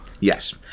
Yes